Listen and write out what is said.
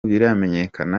biramenyekana